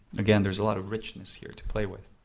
again, there is a lot of richness here to play with.